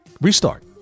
restart